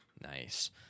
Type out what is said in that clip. nice